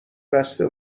بسته